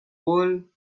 wohl